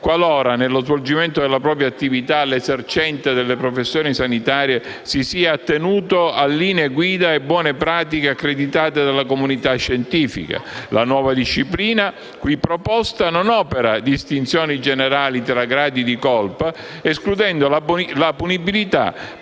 qualora, nello svolgimento della propria attività, l'esercente la professione sanitaria si sia attenuto a linee guida e buone pratiche accreditate dalla comunità scientifica. La nuova disciplina qui proposta non opera distinzioni generali tra gradi di colpa, escludendo la punibilità